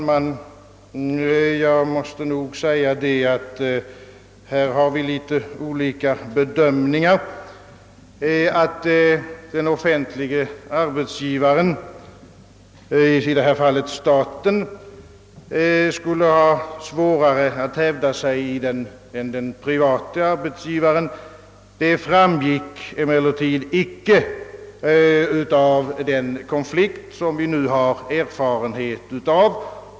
Herr talman! Civilministern och jag har nog litet olika bedömningar på denna punkt. Att den offentliga arbetsgivaren — i detta fall staten — skulle ha svårare att hävda sig än den privata framgick emellertid icke av den konflikt som vi nu har erfarenhet av.